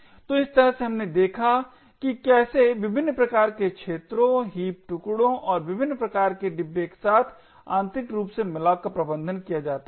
तो इस तरह से हमने देखा कि कैसे विभिन्न प्रकार के क्षेत्रों हीप टुकड़ों और विभिन्न प्रकार के डिब्बे के साथ आंतरिक रूप से malloc का प्रबंधन किया जाता है